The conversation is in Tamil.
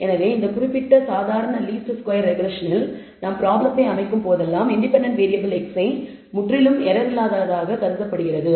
எனவே இந்த குறிப்பிட்ட சாதாரண லீஸ்ட் ஸ்கொயர் ரெக்ரெஸ்ஸனில் நாம் ப்ராப்ளத்தை அமைக்கும் போதெல்லாம் இன்டெபென்டென்ட் வேறியபிள் xi முற்றிலும் எரர் இல்லாததாக கருதப்படுகிறது